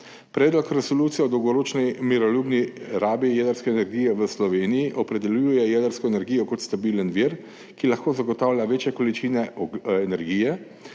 Predlog resolucije o dolgoročni miroljubni rabi jedrske energije v Sloveniji opredeljuje jedrsko energijo kot stabilen vir, ki lahko zagotavlja večje količine energije